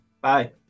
Bye